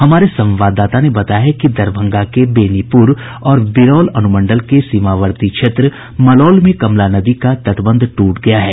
हमारे संवाददाता ने बताया है कि दरभंगा के बेनीपुर और बिरौल अनुमंडल के सीमावर्ती क्षेत्र मलौल में कमला नदी का तटबंध ट्रट गया है